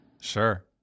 Sure